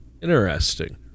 Interesting